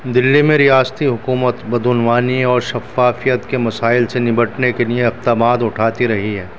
دہلی میں ریاستی حکومت بدعنوانی اور شفافیت کے مسائل سے نمٹنے کے لیے اقدامات اٹھاتی رہی ہے